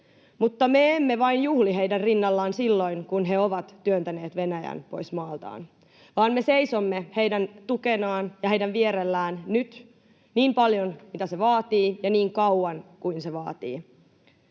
Mutta me emme vain juhli heidän rinnallaan silloin, kun he ovat työntäneet Venäjän pois maaltaan, vaan me seisomme heidän tukenaan ja heidän vierellään nyt niin paljon kuin se vaatii ja niin kauan kuin se vaatii.